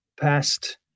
past